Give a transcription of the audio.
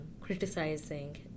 criticizing